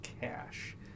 cash